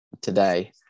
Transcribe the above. today